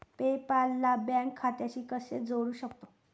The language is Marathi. पे पाल ला बँक खात्याशी कसे जोडू शकतो?